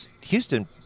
Houston